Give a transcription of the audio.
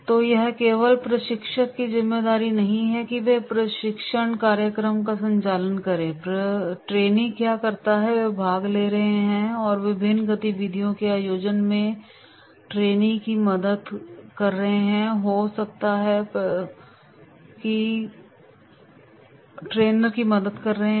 तो यह केवल प्रशिक्षक की जिम्मेदारी नहीं है कि वह प्रशिक्षण कार्यक्रम का संचालन करे प्रशिक्षु क्या करता है वे भाग ले रहे हैं और विभिन्न गतिविधियों के आयोजन में प्रशिक्षकों की मदद कर रहे हैं